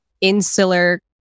insular